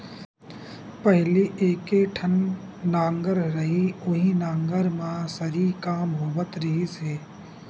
पहिली एके ठन नांगर रहय उहीं नांगर म सरी काम होवत रिहिस हे